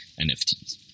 NFTs